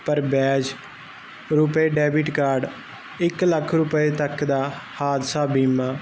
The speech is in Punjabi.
ਪਰ ਬੈਚ ਰੁਪਏ ਡੈਬਿਟ ਕਾਰਡ ਇੱਕ ਲੱਖ ਰੁਪਏ ਤੱਕ ਦਾ ਹਾਦਸਾ ਬੀਮਾ